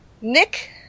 Nick